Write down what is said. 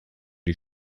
die